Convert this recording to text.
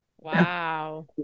Wow